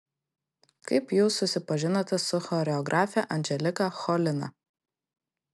kaip jūs susipažinote su choreografe anželika cholina